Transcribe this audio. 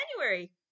January